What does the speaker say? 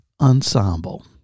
Ensemble